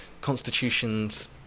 constitutions